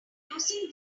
using